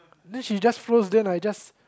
then she just froze then I just